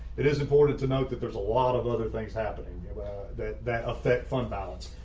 it is important to note that there's a lot of other things happening yeah that that affect fund balance,